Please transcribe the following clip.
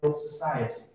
society